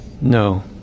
No